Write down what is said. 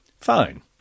Fine